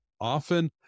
Often